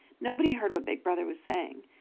nobody heard what big brother was saying.